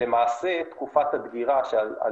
למעשה תקופת הדגירה שעל